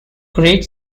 great